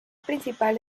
principal